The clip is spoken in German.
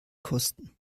kosten